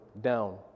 down